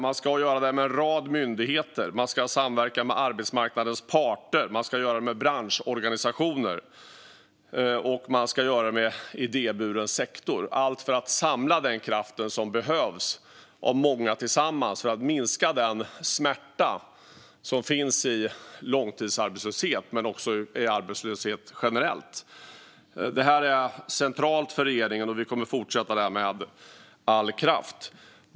Man ska samverka med en rad myndigheter, med arbetsmarknadens parter, med branschorganisationer och med idéburen sektor - allt för att samla den kraft som behövs och för att vara många tillsammans för att minska den smärta som finns i långtidsarbetslöshet och i arbetslöshet generellt. Det här är centralt för regeringen, och vi kommer att fortsätta det med all kraft.